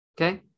okay